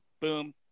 boom